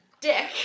dick